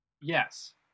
Yes